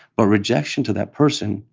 but rejection to that person,